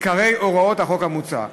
עיקרי הוראות החוק המוצע: